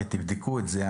ותבדקו את זה,